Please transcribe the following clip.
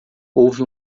houve